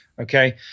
Okay